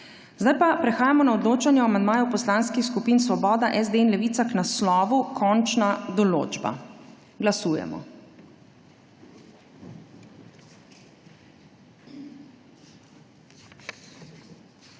sprejet. Prehajamo na odločanje o amandmaju poslanskih skupin Svoboda, SD in Levica k naslovu Končna določba. Glasujemo.